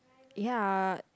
ya